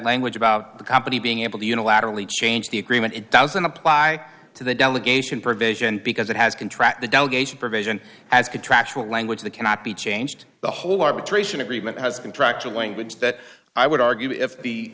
language about the company being able to unilaterally change the agreement it doesn't apply to the delegation provision because it has contract the delegation provision as contractual language that cannot be changed the whole arbitration agreement has been tracked to language that i would argue if the